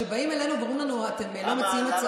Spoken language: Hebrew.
כשבאים אלינו ואומרים לנו: אתם לא מציעים הצעות,